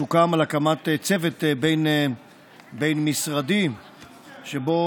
סוכם על הקמת צוות בין-משרדי שבו